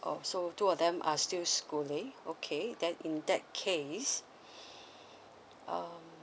oh so two of them are still schooling okay then in that case um